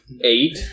Eight